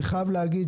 אני חייב להגיד,